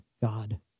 God